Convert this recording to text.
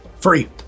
Free